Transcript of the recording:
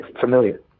familiar